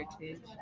Heritage